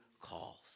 calls